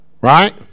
right